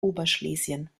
oberschlesien